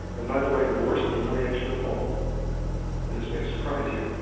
and by the way, the worst humiliation of all, and this may surprise you,